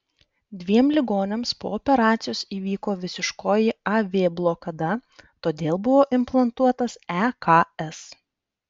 dviem ligoniams po operacijos įvyko visiškoji a v blokada todėl buvo implantuotas eks